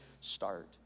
start